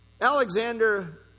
Alexander